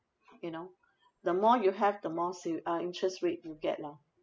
you know the more you have the more sa~ uh interest rate you get lah